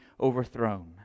overthrown